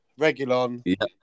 Regulon